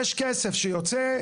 יש כסף שיוצא,